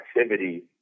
activity